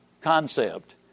concept